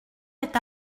est